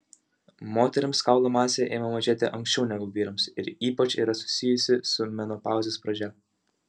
moterims kaulų masė ima mažėti anksčiau negu vyrams ir ypač yra susijusi su menopauzės pradžia